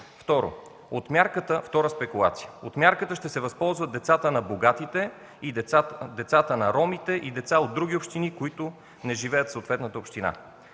– от мярката ще се възползват децата на богатите, децата на ромите и деца от други общини, които не живеят в съответната община.